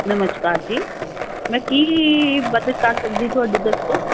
ਨਮਸ਼ਕਾਰ ਜੀ ਮੈਂ ਕੀ ਮਦਦ ਕਰ ਸਕਦੀ ਤੁਹਾਡੀ ਦੱਸੋ